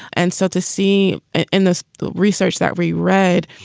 and so to see in this research that we read,